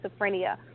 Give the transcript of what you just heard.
schizophrenia